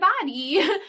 body